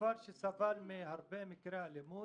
כפר שסבל מהרבה מקרי אלימות,